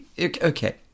Okay